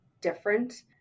different